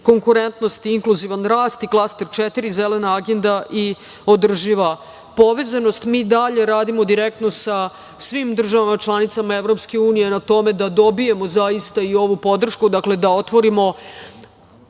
konkurentnost i inkluzivan rast i Klaster 4 – zelena agenda i održiva povezanost. Mi dalje radimo direktno sa svim državama članicama EU na tome da dobijemo zaista i ovu podršku, dakle da otvorimo